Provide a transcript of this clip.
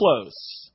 close